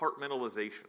compartmentalization